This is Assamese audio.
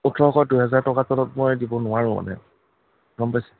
ওঠৰশ দুহেজাৰ টকাৰ তলত মই দিব নোৱাৰোঁ মানে গম পাইছে